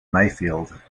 mayfield